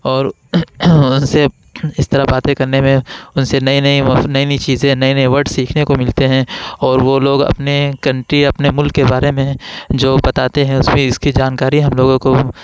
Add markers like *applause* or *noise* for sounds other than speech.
اور ان سے اس طرح باتیں کرنے میں ان سے نئی نئی *unintelligible* نئی نئی چیزیں نئے نئے ورڈ سیکھنے کو ملتے ہیں اور وہ لوگ اپنے کنٹری اپنے ملک کے بارے میں جو بتاتے ہیں اس میں اس کی جانکاری ہم لوگوں کو